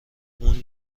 اون